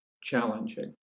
challenging